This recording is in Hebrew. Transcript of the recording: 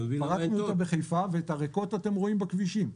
פרקנו אותן בחיפה, ואת הריקות אתם רואים בכבישים.